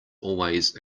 always